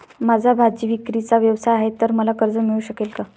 माझा भाजीविक्रीचा व्यवसाय आहे तर मला कर्ज मिळू शकेल का?